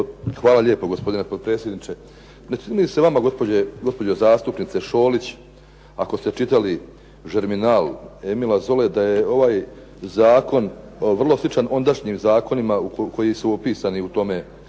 Hvala lijepo. Gospodine potpredsjedniče. Ne čini se vama gospođo zastupnice Šolić ako ste čitali "Germinal" Emila Zole da je ovaj zakon vrlo sličan ondašnjim zakonima koji su upisani u tome